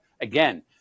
again